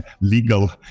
legal